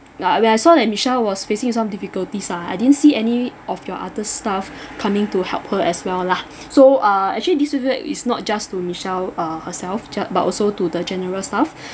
uh when I saw that michelle was facing some difficulties uh I didn't see any of your other staff coming to help her as well lah so uh actually this feedback is not just to michelle uh herself but also to the general staff